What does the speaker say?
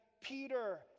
Peter